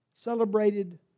celebrated